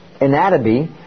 Anatomy